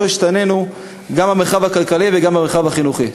השתנינו גם במרחב הכלכלי וגם במרחב החינוכי.